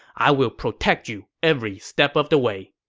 i will protect you every step of the way.